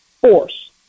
force